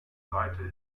seite